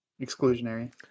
exclusionary